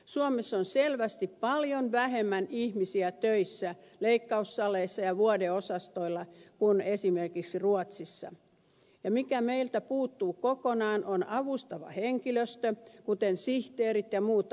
suomessa on selvästi paljon vähemmän ihmisiä töissä leikkaussaleissa ja vuodeosastoilla kuin esimerkiksi ruotsissa ja se mikä meiltä puuttuu kokonaan on avustava henkilöstö kuten sihteerit ja muut avustajat